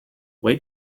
wait